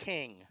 King